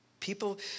People